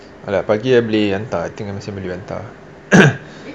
ah lah pagi I boleh hantar I think I masih boleh hantar